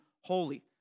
holy